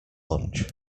lunch